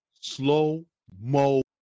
slow-mo